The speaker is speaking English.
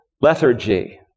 lethargy